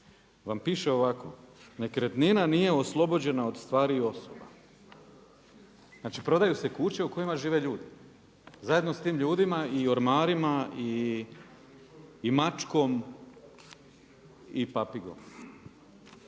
vam piše ovako: „Nekretnina nije oslobođena od stvari i osoba“. Znači prodaju se kuće u kojima žive ljudi, zajedno s tim ljudima i ormarima i mačkom i papigom.